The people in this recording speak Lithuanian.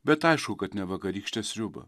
bet aišku kad ne vakarykštę sriubą